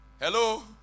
Hello